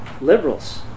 liberals